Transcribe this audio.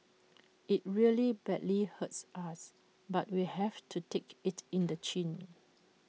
IT really badly hurts us but we have to take IT in the chin